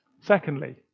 Secondly